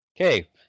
okay